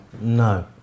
no